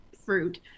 Fruit